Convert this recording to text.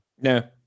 No